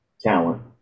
talent